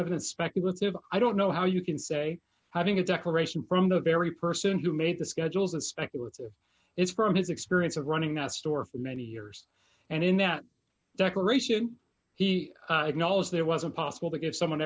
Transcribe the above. evidence speculative i don't know how you can say having a declaration from the very person who made the schedules and speculative it's from his experience of running a store for many years and in that declaration he acknowledged there was impossible to give someone